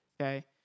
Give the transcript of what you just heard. Okay